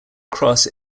cross